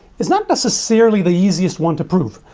it's not necessarily the easiest one to prove,